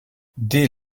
dès